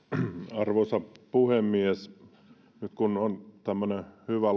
arvoisa puhemies nyt kun on tämmöinen hyvä